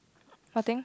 what thing